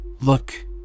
look